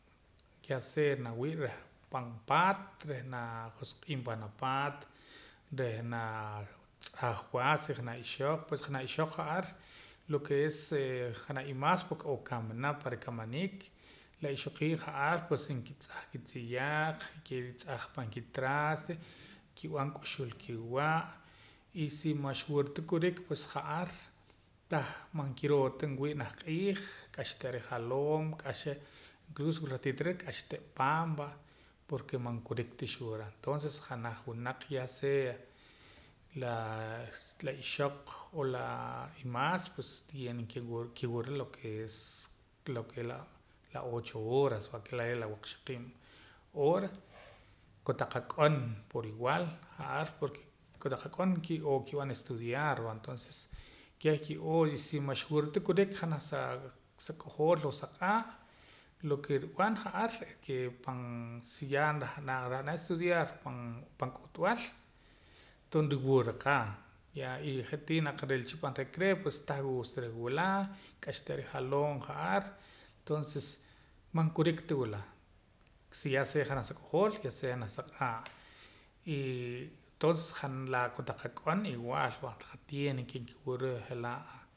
Ya sea nawii' reh pan paat reh naa najosq'iim pan apaat reh naa natz'aj wa si janaj ixoq pues janaj ixoq ja'ar lo ke es janaj imaas porque n'oo kamana pan rikamaniik la ixoqiib' ja'ar pues nkitz'aj kitziyaaq nkitz'aj pan kitraste nkib'an k'uxul kiwa' y si max wura ta kurik pues ja'ar tah man kiroo ta nwii' naj q'iij k'axa te' rijaloom k'axa incluso wila tatiro reh k'axa te' paam va porque man kurik ta xwura tonses janaj winaq ya sea laa la ixoq o laa imaas pues tiene ke nkiwura lo ke es lo ke es la ocho horas porque re'ee' la waqxaqiib' hora kotaq ak'on por igual ja'ar porque kotaq ak'on ki'oo nkib'an estudiar va entonces keh ki'oo y si man xi'wura kurik janaj sa sak'ojool o sa q'aa' lo ke nrub'an ja'ar es ke pan si ya rah nam estudiar pan pan k'uhtb'al toon nruwura qa ya y je'tii naq rilacha pan recreo pues tah wuus ta reh wula k'axa te' rijaloom ja'ar toonses man kurik ta wila si ya sea janaj sa k'ojool ya sea janaj sa q'aa' y toonses je' laa kotaq ak'on iwaal va tiene ke nkiwura je'laa'